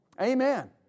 Amen